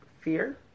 fear